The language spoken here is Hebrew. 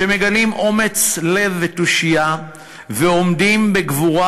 שמגלים אומץ לב ותושייה ועומדים בגבורה